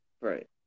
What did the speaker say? right